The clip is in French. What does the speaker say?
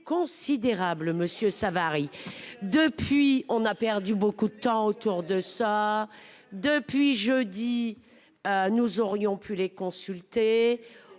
considérable Monsieur Savary. Depuis, on a perdu beaucoup de temps autour de ça depuis jeudi. Nous aurions pu les consulter.